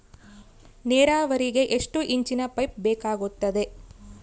ನೇರಾವರಿಗೆ ಎಷ್ಟು ಇಂಚಿನ ಪೈಪ್ ಬೇಕಾಗುತ್ತದೆ?